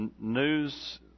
news